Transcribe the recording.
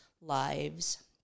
lives